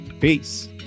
Peace